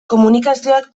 komunikazioak